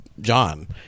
John